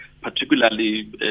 particularly